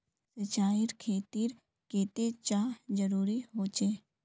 सिंचाईर खेतिर केते चाँह जरुरी होचे?